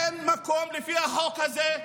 אין מקום לפי החוק הזה.